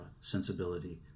sensibility